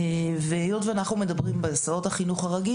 היות ואנחנו מדברים על הסעות החינוך הרגיל,